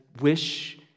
wish